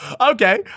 okay